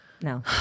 no